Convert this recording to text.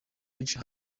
benshi